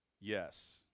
Yes